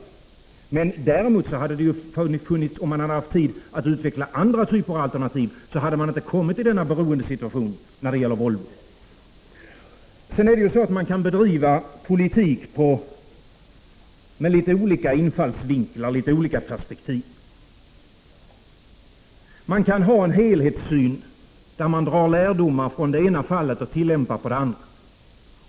Om man däremot hade haft tid att utveckla andra typer av alternativ, hade man inte hamnat i denna beroendesituation gentemot Volvo. Man kan bedriva politik med litet olika infallsvinklar, litet olika perspektiv. Man kan ha en helhetssyn, där man drar lärdomar från det ena fallet och tillämpar dem på det andra.